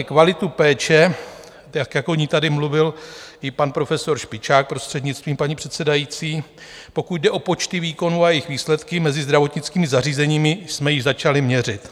Kvalitu péče, jak o ní tady mluvil i pan profesor Špičák, prostřednictvím paní předsedající, pokud jde o počty výkonů a jejich výsledky mezi zdravotnickými zařízeními, jsme již začali měřit.